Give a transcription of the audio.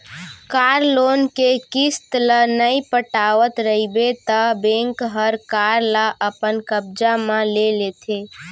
car loan के किस्त ल नइ पटावत रइबे त बेंक हर कार ल अपन कब्जा म ले लेथे